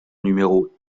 numéro